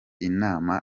inama